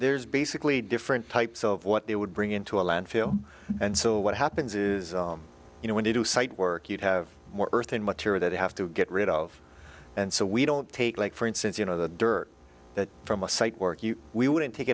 there's basically different types of what they would bring in to a landfill and so what happens is you know when you do site work you'd have more earth and material that have to get rid of and so we don't take like for instance you know the dirt that from a site work we wouldn't take